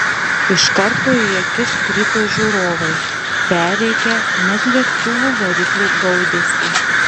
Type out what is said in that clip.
iš karto į akis krito žiūrovai perrėkę net lėktuvų variklių gaudesį